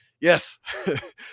yes